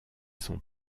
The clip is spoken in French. sont